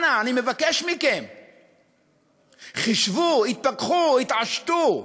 אנא, אני מבקש מכם, חשבו, התפכחו, התעשתו,